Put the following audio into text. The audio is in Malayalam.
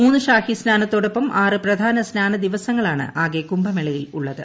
മൂന്ന് ഷാഹിസ്നാനത്തോടൊപ്പം ആറ് പ്രധാന സ്നാന ദിവസങ്ങളാണ് ആകെ കുംഭമേളയിൽ ഉള്ളത്